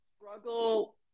struggle